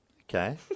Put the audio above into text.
Okay